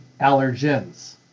allergens